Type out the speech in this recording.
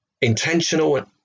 intentional